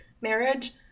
marriage